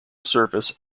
service